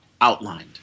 outlined